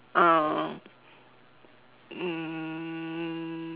um um